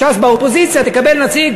ש"ס באופוזיציה תקבל נציג